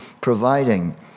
providing